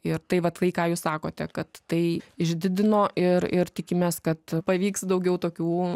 ir tai vat tai ką jūs sakote kad tai išdidino ir ir tikimės kad pavyks daugiau tokių